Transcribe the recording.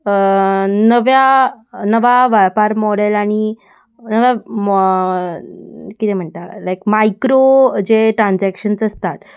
नव्या नवा व्यापार मोडेलांनीं नव्या किदें म्हणटा लायक मायक्रो जे ट्रान्जॅक्शन्स आसतात